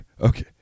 okay